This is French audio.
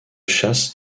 chasse